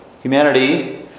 humanity